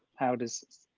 how does